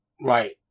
right